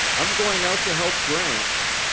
i'm going out to help gramps.